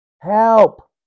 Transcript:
help